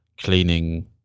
cleaning